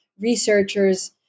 researchers